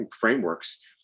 frameworks